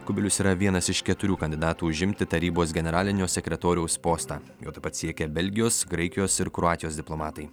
kubilius yra vienas iš keturių kandidatų užimti tarybos generalinio sekretoriaus postą jo tuo pat siekia belgijos graikijos ir kroatijos diplomatai